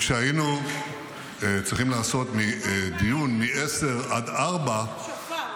וכשהיינו צריכים לעשות דיון מ-10:00 עד 16:00 -- שופר.